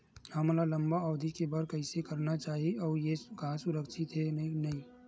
हमन ला लंबा अवधि के बर कइसे करना चाही अउ ये हा सुरक्षित हे के नई हे?